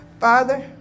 Father